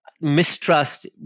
mistrust